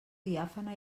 diàfana